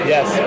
Yes